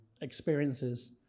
experiences